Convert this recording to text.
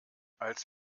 als